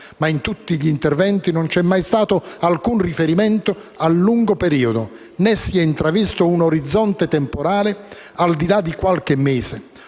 ma in tutti gli interventi non c'è mai stato alcun riferimento al lungo periodo, né si è intravisto un orizzonte temporale al di là di qualche mese,